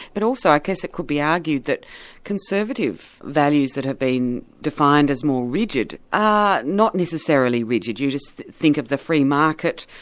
but also i guess it could be argued that conservative values that have been defined as more rigid are not necessarily rigid, you just think of the free market,